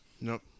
Nope